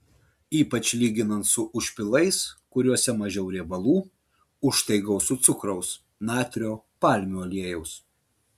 ypač lyginant su užpilais kuriuose mažiau riebalų užtai gausu cukraus natrio palmių aliejaus